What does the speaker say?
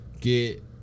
get